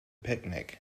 picnic